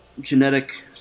genetic